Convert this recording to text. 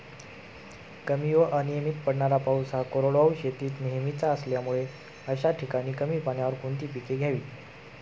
कमी व अनियमित पडणारा पाऊस हा कोरडवाहू शेतीत नेहमीचा असल्यामुळे अशा ठिकाणी कमी पाण्यावर कोणती पिके घ्यावी?